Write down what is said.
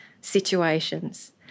situations